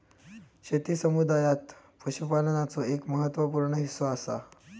शेती समुदायात पशुपालनाचो एक महत्त्व पूर्ण हिस्सो असा